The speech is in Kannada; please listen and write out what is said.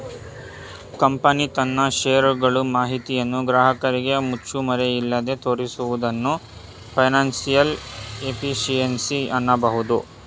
ಕಂಪನಿ ತನ್ನ ಶೇರ್ ಗಳು ಮಾಹಿತಿಯನ್ನು ಗ್ರಾಹಕರಿಗೆ ಮುಚ್ಚುಮರೆಯಿಲ್ಲದೆ ತೋರಿಸುವುದನ್ನು ಫೈನಾನ್ಸಿಯಲ್ ಎಫಿಷಿಯನ್ಸಿ ಅನ್ನಬಹುದು